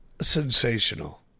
sensational